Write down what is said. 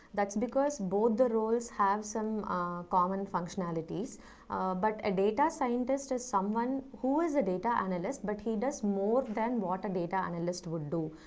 that's because both the roles have some common functionalities but a data scientist is someone who is a data analyst but he does more than what a data analyst would do.